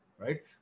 right